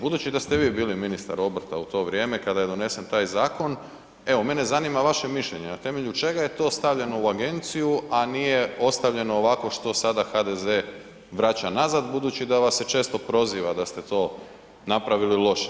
Budući da ste vi bili ministar obrta u to vrijeme kada je donesen taj zakon, evo mene zanima vaše mišljenje, na temelju čega je to stavljeno u agenciju a nije ostavljeno ovako kao što sada HDZ vraća nazad, budući da vas se često proziva da ste to napravili loše.